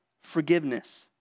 Forgiveness